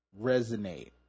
resonate